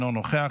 אינו נוכח,